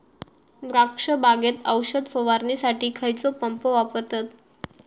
द्राक्ष बागेत औषध फवारणीसाठी खैयचो पंप वापरतत?